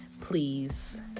please